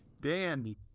Dan